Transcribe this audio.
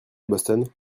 boston